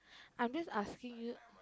I'm just asking you